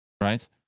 right